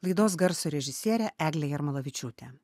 laidos garso režisierė eglė jarmolavičiūtė